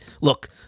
look